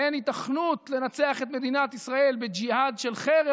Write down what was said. אין היתכנות לנצח את מדינת ישראל בג'יהאד של חרב,